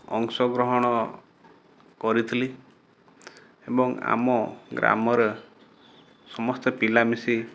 ଅଂଶ ଗ୍ରହଣ କରିଥିଲି ଏବଂ ଆମ ଗ୍ରାମରେ ସମସ୍ତେ ପିଲା ମିଶି